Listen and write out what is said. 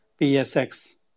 PSX